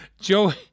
Joey